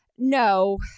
No